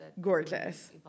gorgeous